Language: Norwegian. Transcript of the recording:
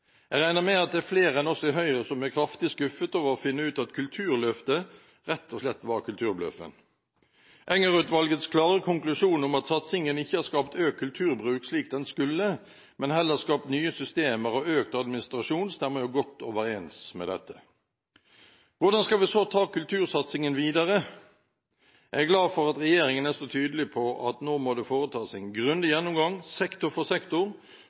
Jeg regner med at det er flere enn oss i Høyre som er kraftig skuffet over å finne ut at Kulturløftet rett og slett var «Kulturbløffen». Enger-utvalgets klare konklusjon om at satsingen ikke har skapt økt kulturbruk slik den skulle, men at den heller har skapt nye systemer og økt administrasjon, stemmer jo godt overens med dette. Hvordan skal vi så ta kultursatsingen videre? Jeg er glad for at regjeringen er så tydelig på at det nå må foretas en grundig gjennomgang, sektor for sektor,